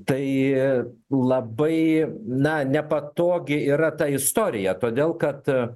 tai ji labai na nepatogi yra ta istorija todėl kad